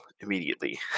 immediately